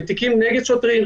בתיקים נגד שוטרים,